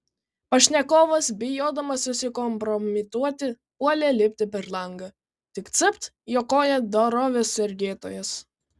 pašnekovas bijodamas susikompromituoti puolė lipti per langą tik capt jo koją dorovės sergėtojos